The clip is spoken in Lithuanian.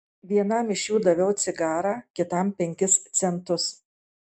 vienam iš jų daviau cigarą kitam penkis centus